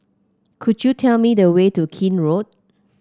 could you tell me the way to Keene Road